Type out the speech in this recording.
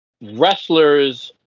Wrestlers